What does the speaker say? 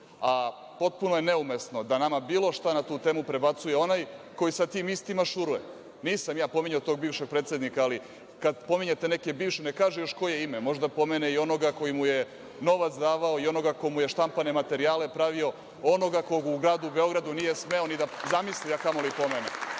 govori. Potpuno je neumesno da nama bilo šta na tu temu prebacuje onaj koji sa tim istima šuruje. Nisam ja pominjao tog bivšeg predsednika, ali kada pominjete te bivše, nek kaže još koje ime, možda pomene onoga koji mu je novac davao, onoga ko mu štampane materijale pravio, onoga koga u gradu Beogradu nije smeo ni da zamisli, a kamoli pomene. Sve